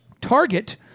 Target